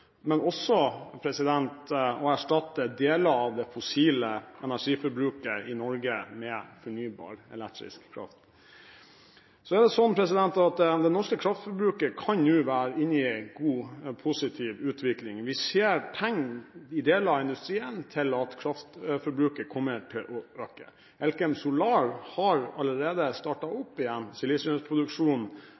å erstatte deler av det fossile energiforbruket i Norge med fornybar elektrisk kraft. Det norske kraftforbruket kan nå være inne i en god, positiv utvikling. Vi ser i deler av industrien tegn på at kraftforbruket kommer til å øke. Elkem Solar har allerede startet opp igjen